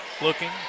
Looking